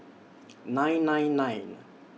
nine nine nine